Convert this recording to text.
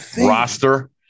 roster